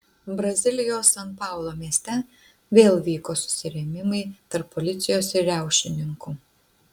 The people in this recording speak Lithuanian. brazilijos san paulo mieste vėl vyko susirėmimai tarp policijos ir riaušininkų